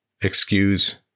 excuse